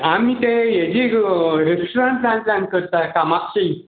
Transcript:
आमी ते हेजी रेस्टोरंटान करता कामाक्षी